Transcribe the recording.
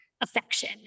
affection